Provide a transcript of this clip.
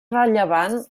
rellevant